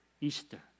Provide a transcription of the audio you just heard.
Easter